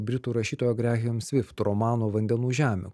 britų rašytojo grehem svift romano vandenų žemė